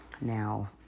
now